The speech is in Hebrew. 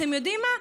אתם יודעים מה?